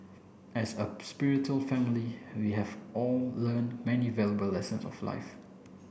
as a spiritual family we have all learn many valuable lessons of life